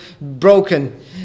broken